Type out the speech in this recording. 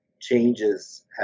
changes